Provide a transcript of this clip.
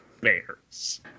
bears